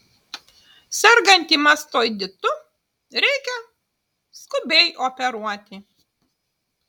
sergantį mastoiditu reikia skubiai operuoti